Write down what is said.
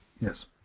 Yes